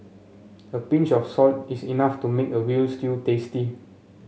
a pinch of salt is enough to make a veal stew tasty